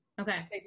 Okay